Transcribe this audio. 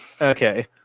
Okay